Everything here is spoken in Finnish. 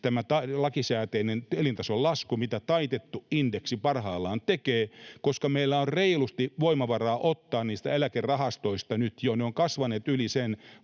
tämä lakisääteinen elintason lasku, mitä taitettu indeksi parhaillaan tekee, koska meillä on reilusti voimavaraa ottaa niistä eläkerahastoista nyt jo — ne ovat kasvaneet yli sen